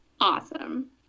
Awesome